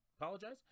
Apologize